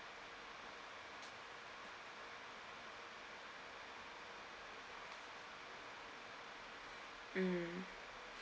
mm